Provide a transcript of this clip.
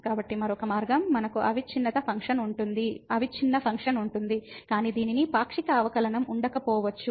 కాబట్టి మరొక మార్గం మనకు అవిచ్ఛిన్న ఫంక్షన్ ఉంటుంది కానీ దీనికి పాక్షిక అవకలనంఉండకపోవచ్చు